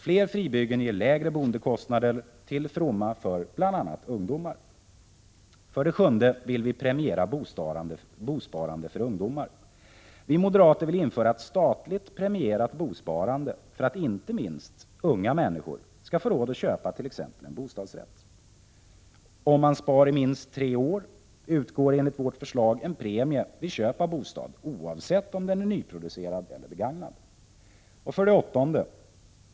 Fler fribyggen ger lägre boendekostnader till fromma för bl.a. ungdomar. 7. Vi vill premiera bosparande för ungdomar. Vi moderater vill införa ett statligt premierat bosparande för att inte minst unga människor skall få råd att köpa t.ex. en bostadsrätt. Om man spar i minst tre år utgår enligt vårt förslag en premie vid köp av bostad, oavsett om den är nyproducerad eller begagnad. 8.